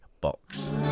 Box